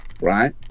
right